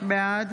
בעד